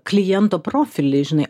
kliento profilį žinai